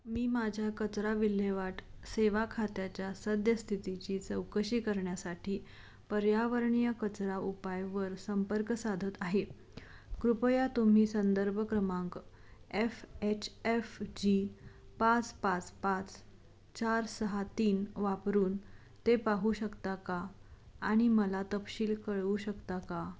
मी माझ्या कचरा विल्हेवाट सेवा खात्याच्या सद्यस्थितीची चौकशी करण्यासाठी पर्यावरणीय कचरा उपायवर संपर्क साधत आहे कृपया तुम्ही संदर्भ क्रमांक एफ एच एफ जी पाच पाच पाच चार सहा तीन वापरून ते पाहू शकता का आणि मला तपशील कळवू शकता का